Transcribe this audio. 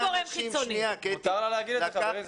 חברים,